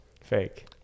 Fake